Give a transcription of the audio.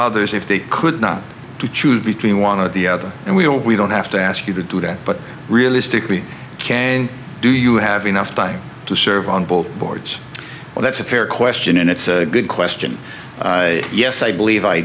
others if they could not to choose between one of the other and we don't we don't have to ask you to do that but realistically can do you have enough time to serve on both boards well that's a fair question and it's a good question yes i believe i